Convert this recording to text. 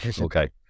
okay